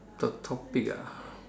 the topic ah